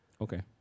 Okay